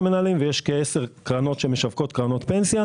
מנהלים ויש כ-10 קרנות שמשווקות קרנות פנסיה.